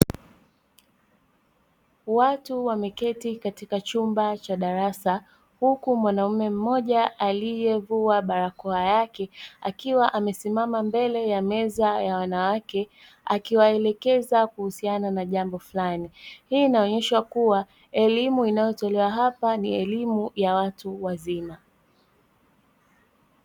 Watu wameketi katika chumba cha darasa, huku mwanaume mmoja aliye vua barakoa yake akiwa amesimama mbele ya meza ya wanawake akiwaelekeza kuhusiana na jambo fulani. Hii inaonyesha kuwa elimu inayo tolewa hapa ni elimu ya watu wazima.